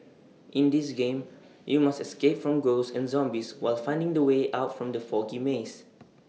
in this game you must escape from ghosts and zombies while finding the way out from the foggy maze